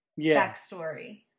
backstory